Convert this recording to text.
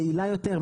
יעילה יותר,